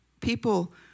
people